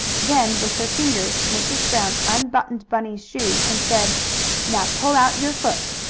then, with her fingers, mrs. brown unbuttoned bunny's shoe, and said now pull out your foot.